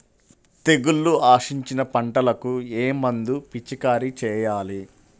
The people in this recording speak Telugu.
తెగుళ్లు ఆశించిన పంటలకు ఏ మందు పిచికారీ చేయాలి?